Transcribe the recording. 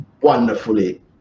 wonderfully